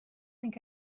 ning